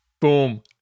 Boom